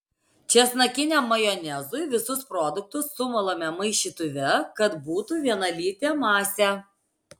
česnakiniam majonezui visus produktus sumalame maišytuve kad būtų vienalytė masė